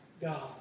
God